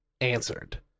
answered